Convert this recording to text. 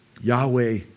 Yahweh